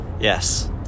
Yes